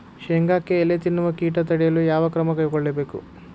ಶೇಂಗಾಕ್ಕೆ ಎಲೆ ತಿನ್ನುವ ಕೇಟ ತಡೆಯಲು ಯಾವ ಕ್ರಮ ಕೈಗೊಳ್ಳಬೇಕು?